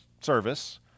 service